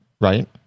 Right